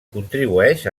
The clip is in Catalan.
contribueix